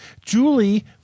Julie